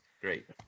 Great